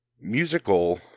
musical